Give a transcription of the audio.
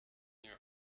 your